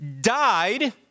died